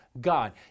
God